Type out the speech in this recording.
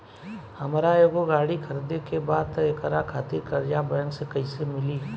हमरा एगो गाड़ी खरीदे के बा त एकरा खातिर कर्जा बैंक से कईसे मिली?